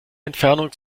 entfernung